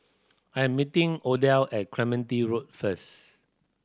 I'm meeting Odell at Clementi Road first